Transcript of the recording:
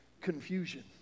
confusion